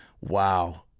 wow